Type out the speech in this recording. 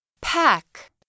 Pack